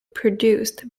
produced